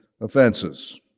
offenses